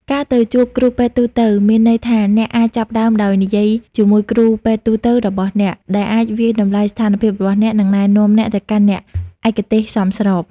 ការទៅជួបគ្រូពេទ្យទូទៅ មានន័យថាអ្នកអាចចាប់ផ្តើមដោយនិយាយជាមួយគ្រូពេទ្យទូទៅរបស់អ្នក ដែលអាចវាយតម្លៃស្ថានភាពរបស់អ្នក និងណែនាំអ្នកទៅកាន់អ្នកឯកទេសសមស្រប។